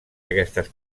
aquestes